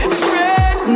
Spread